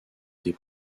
des